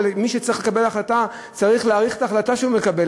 מי שצריך לקבל את ההחלטה צריך להעריך את ההחלטה שהוא מקבל,